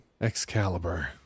Excalibur